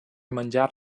menjar